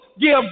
give